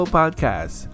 podcast